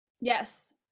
Yes